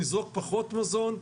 נזרוק פחות מזון,